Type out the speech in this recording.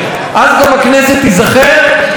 ואנחנו נידרש להעביר את הסמכויות.